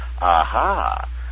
aha